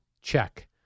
check